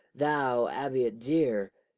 thou aby it dear.